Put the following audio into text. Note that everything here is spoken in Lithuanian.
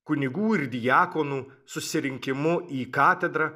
kunigų ir diakonų susirinkimu į katedrą